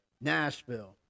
Nashville